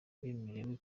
bemerewe